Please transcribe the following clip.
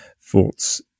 thoughts